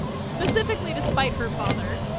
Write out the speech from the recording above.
specifically despite her father,